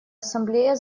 ассамблея